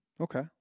Okay